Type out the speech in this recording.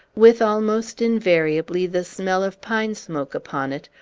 with almost invariably the smell of pine smoke upon it,